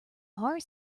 are